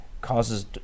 causes